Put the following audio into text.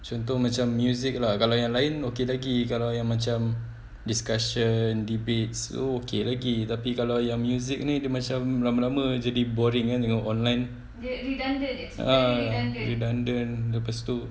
contoh macam music lah kalau yang lain okey-dokey kalau yang macam discussion debates semua okay lagi kalau yang music ni macam lama-lama jadi boring ah tengok online ah redundant lepas tu